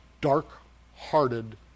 dark-hearted